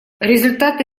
результаты